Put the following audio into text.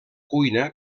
cuina